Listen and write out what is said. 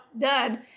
done